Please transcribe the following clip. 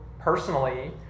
personally